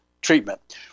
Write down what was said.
treatment